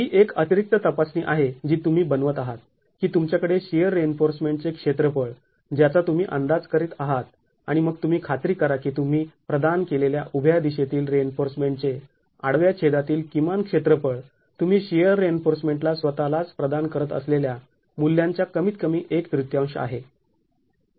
तर ही एक अतिरिक्त तपासणी आहे जी तुम्ही बनवत आहात की तुमच्याकडे शिअर रिइन्फोर्समेंट चे क्षेत्रफळ जाचा तुम्ही अंदाज करत आहात आणि मग तुम्ही खात्री करा की तुम्ही प्रदान केलेल्या उभ्या दिशेतील रिइन्फोर्समेंटचे आडव्या छेदातील किमान क्षेत्रफळ तुम्ही शिअर रिइन्फोर्समेंटला स्वतःलाच प्रदान करत असलेल्या मूल्यांच्या कमीत कमी एक तृतीयांश आहे